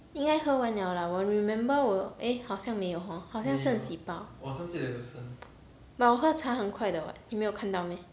应该喝完 liao lah 我 remember 我 eh 好像没有 hor 好像剩几包 but 我喝茶很快的 [what] 你没有看到 meh